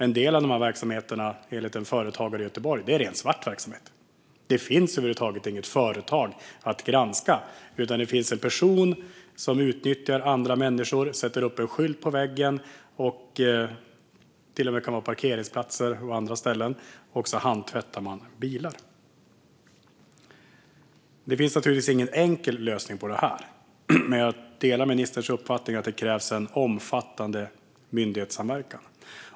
En del av dessa verksamheter är, enligt en företagare i Göteborg, helt svarta. Det finns över huvud taget inget företag att granska, utan det finns en person som utnyttjar andra människor, sätter upp en skylt på väggen - det kan till och med vara på parkeringsplatser och andra ställen - och erbjuder handtvätt av bilar. Det finns naturligtvis ingen enkel lösning på detta. Men jag delar ministerns uppfattning att det krävs en omfattande myndighetssamverkan.